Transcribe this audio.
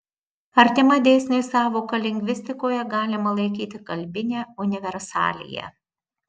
artima dėsniui sąvoka lingvistikoje galima laikyti kalbinę universaliją